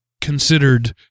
considered